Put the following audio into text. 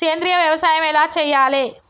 సేంద్రీయ వ్యవసాయం ఎలా చెయ్యాలే?